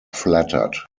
flattered